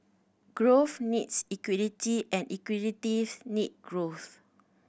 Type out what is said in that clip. growth needs equity and equity needs growth